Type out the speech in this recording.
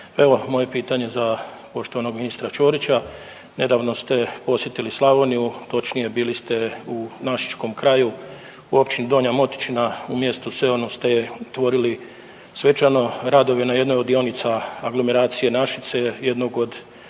Evo moje pitanje za poštovanog ministra Ćorić. Nedavno ste posjetili Slavoniju, točnije bili ste u našičkom kraju u Općini Donja Motičina u mjestu Seonu ste otvorili svečano radove na jednoj od dionica aglomeracija Našice jednog od